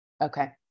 Okay